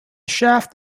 shaft